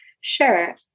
Sure